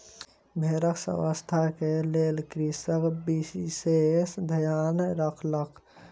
भेड़क स्वच्छता के लेल कृषक विशेष ध्यान रखलक